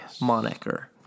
moniker